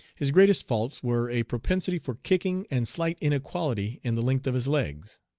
his greatest faults were a propensity for kicking and slight inequality in the length of his legs.